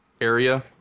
area